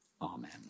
Amen